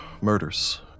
murders